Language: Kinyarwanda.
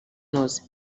inoze